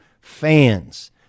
fans